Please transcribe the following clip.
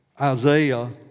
Isaiah